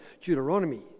Deuteronomy